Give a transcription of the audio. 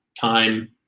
time